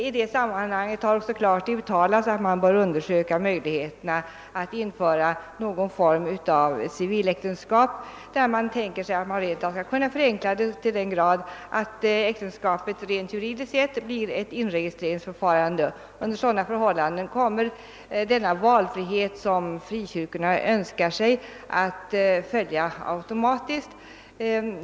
I detta sammanhang har också klart uttalats att möj ligheten att införa någon form av civiläktenskap bör utredas — man tänker sig att man rent av skall kunna göra en sådan förenkling att ingåendet av äktenskap juridiskt sett blir ett registreringsförfarande. Under sådana förhållanden kommer den valfrihet som frikyrkorna önskar sig att följa automatiskt.